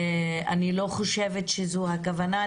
אני לא חושבת שזו הכוונה.